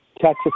Texas